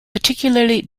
particularly